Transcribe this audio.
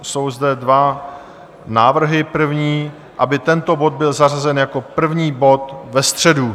Jsou zde dva návrhy, první, aby tento bod byl zařazen jako první bod ve středu.